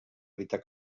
evitar